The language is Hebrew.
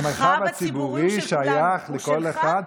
המרחב הציבורי שייך לכל אחד,